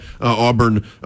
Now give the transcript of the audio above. Auburn